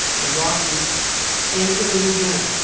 milwaukee and in louisiana,